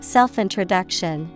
Self-Introduction